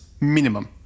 Minimum